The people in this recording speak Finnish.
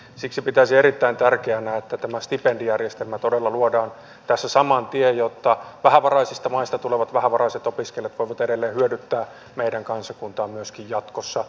siksi pitäisin erittäin tärkeänä että tämä stipendijärjestelmä todella luodaan tässä saman tien jotta vähävaraisista maista tulevat vähävaraiset opiskelijat voivat edelleen hyödyttää meidän kansakuntaa myöskin jatkossa